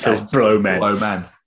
Blowman